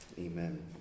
Amen